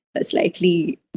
slightly